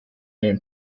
den